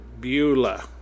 Beulah